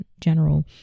general